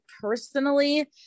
personally